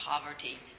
poverty